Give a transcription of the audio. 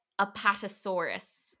apatosaurus